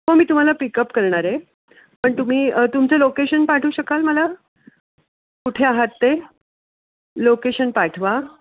हो मी तुम्हाला पिकअप करणार आहे पण तुम्ही तुमचं लोकेशन पाठवू शकाल मला कुठे आहात ते लोकेशन पाठवा